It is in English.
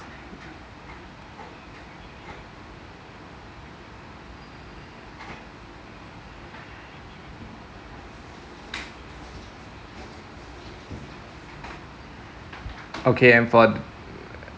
okay and for